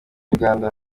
uganda